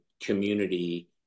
community